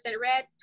red